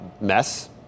mess